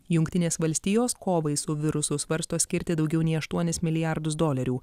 jungtinės valstijos kovai su virusu svarsto skirti daugiau nei aštuonis milijardus dolerių